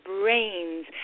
brains